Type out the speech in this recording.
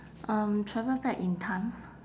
um travel back in time